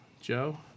Joe